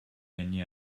gagné